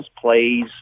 plays